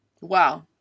Wow